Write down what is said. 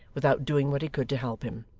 without doing what he could to help him.